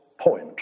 point